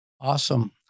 Awesome